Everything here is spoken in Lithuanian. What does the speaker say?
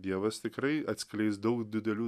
dievas tikrai atskleis daug didelių